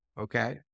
Okay